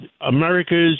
America's